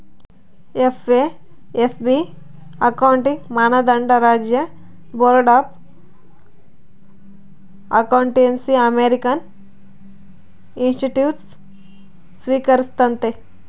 FASB accounting ಮಾನದಂಡ ರಾಜ್ಯ board of accountancy American institutes ಸ್ವೀಕರಿಸ್ತತೆ